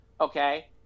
okay